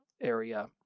area